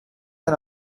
and